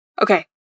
Okay